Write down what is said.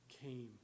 came